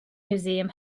museum